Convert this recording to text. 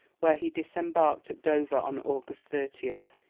where he disembarked at dover, on august thirtieth.